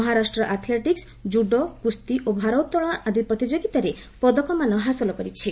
Maharashtra athletic judo କୁସ୍ତି ଓ ଭାରୋଭଳନ ଆଦି ପ୍ରତିଯୋଗିତାରେ ପଦକମାନ ହାସଲ କରିଛି